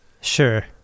Sure